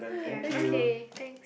ya okay thanks